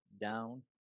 down